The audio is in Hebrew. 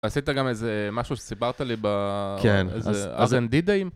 עשית גם איזה משהו שסיפרת לי באזנדידאים?